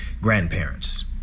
grandparents